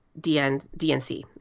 DNC